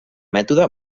mètode